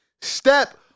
step